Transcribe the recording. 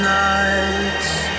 nights